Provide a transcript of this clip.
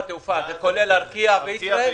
זה כולל ארקיע וישראייר?